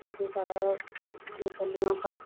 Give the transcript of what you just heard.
इसी तरह मछलियों का